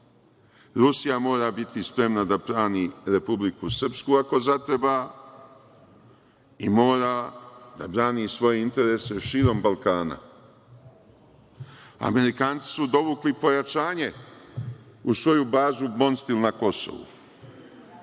Rusija mora biti spremna da brani Republiku Srpsku, ako zatreba, i mora da brani svoje interese širom Balkana. Amerikanci su dovukli pojačanje u svoju bazu Bondstil na Kosovu